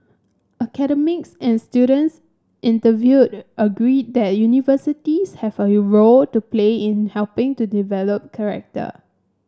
academics and students interviewed agreed that universities have a role to play in helping to develop character